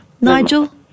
Nigel